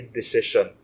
decision